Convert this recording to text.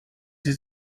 sie